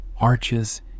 arches